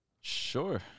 Sure